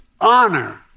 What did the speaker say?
honor